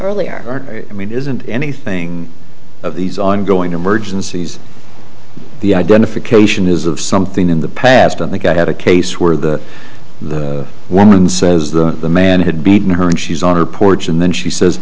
earlier i mean isn't anything of these ongoing emergencies the identification is of something in the past when the guy had a case where the woman says that the man had beaten her and she's on her porch and then she says